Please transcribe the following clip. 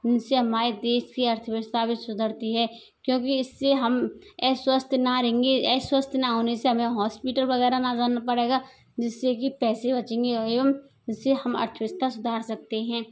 इन से हमारे देश की अर्थव्यवस्था भी सुधरती है क्योंकि इस से हम ये स्वस्थ ना रहेंगे ये स्वस्थ ना होने से हमें हॉस्पिटल वग़ैरह ना जाना पड़ेगा जिस से कि पैसे बचेंगे एवं जिस से हम अर्थव्यवस्था सुधार सकते हैं